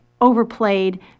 overplayed